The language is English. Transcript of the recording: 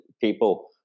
people